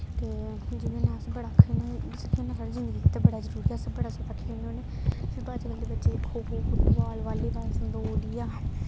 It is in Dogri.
ते जियां जियां अस बड़ा आखने होन्नै खेलना साढ़ी जिंदगी गित्तै बड़ा जरूरी ऐ अस बड़ा जैदा खेलने होन्ने फिर अजकल्ल दे बच्चे गी खो खो बालीबाल फुटबाल संतोलिया